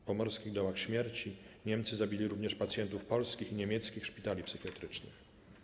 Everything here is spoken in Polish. W pomorskich dołach śmierci Niemcy zabili również pacjentów polskich i niemieckich szpitali psychiatrycznych.